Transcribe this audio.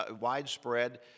widespread